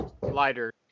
lighter